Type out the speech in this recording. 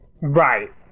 Right